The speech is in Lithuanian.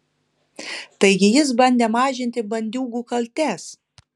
taigi jis bandė mažinti bandiūgų kaltes